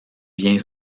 bien